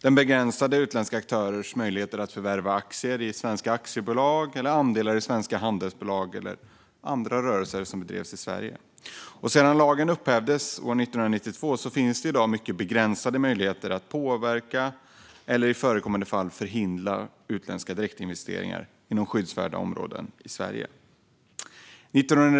Den begränsade utländska aktörers möjligheter att förvärva aktier i svenska aktiebolag eller andelar i svenska handelsbolag eller andra rörelser som drevs i Sverige. Sedan lagen upphävdes år 1992 finns det i dag mycket begränsade möjligheter att påverka eller i förekommande fall förhindra utländska direktinvesteringar inom skyddsvärda områden i Sverige.